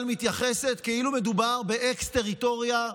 מתייחסת כאילו מדובר באקס-טריטוריה,